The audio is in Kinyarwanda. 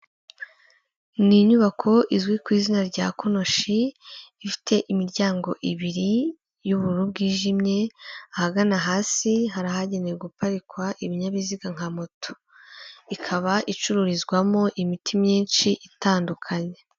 Ni inyubako izwi ku izina rya konoshi ifite imiryango ibiri y'ubururu bwijimye, ahagana hasi hari ahagenewe guparikwa ibinyabiziga nka moto, ikaba icururizwamo imiti myinshi itandukanye.